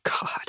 God